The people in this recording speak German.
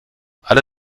alle